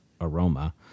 aroma